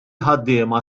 ħaddiema